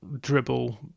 dribble